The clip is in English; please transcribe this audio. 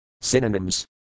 Synonyms